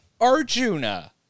Arjuna